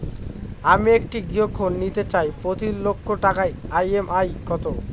আমি একটি গৃহঋণ নিতে চাই প্রতি লক্ষ টাকার ই.এম.আই কত?